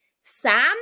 Sam